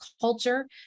culture